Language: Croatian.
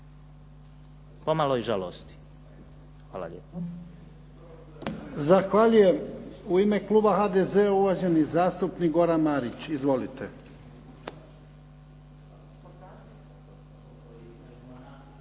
Pomalo i žalosti. Hvala lijepo.